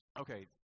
Okay